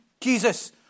Jesus